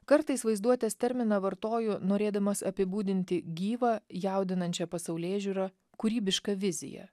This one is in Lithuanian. kartais vaizduotės terminą vartoju norėdamas apibūdinti gyvą jaudinančią pasaulėžiūrą kūrybišką viziją